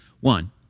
One